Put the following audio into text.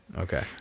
Okay